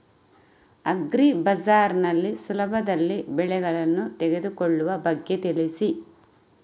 agri ಬಜಾರ್ ನಲ್ಲಿ ಸುಲಭದಲ್ಲಿ ಬೆಳೆಗಳನ್ನು ತೆಗೆದುಕೊಳ್ಳುವ ಬಗ್ಗೆ ತಿಳಿಸಿ